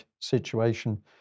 situation